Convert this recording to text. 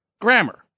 grammar